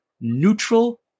neutral